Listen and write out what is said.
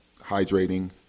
hydrating